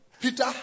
Peter